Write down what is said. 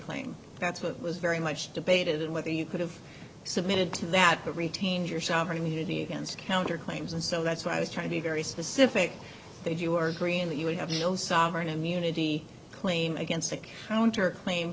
claim that's what was very much debated whether you could have submitted to that to retain your sovereign immunity against counter claims and so that's why i was trying to be very specific that you were green that you would have no sovereign immunity claim against a counter claim